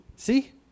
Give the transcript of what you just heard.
See